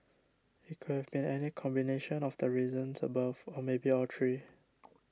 it could have been any combination of the reasons above or maybe all three